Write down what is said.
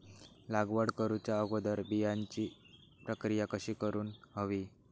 लागवड करूच्या अगोदर बिजाची प्रकिया कशी करून हवी?